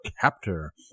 captor